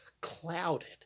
clouded